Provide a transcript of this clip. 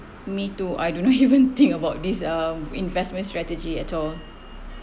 me too I do not even think about this uh investment strategy at all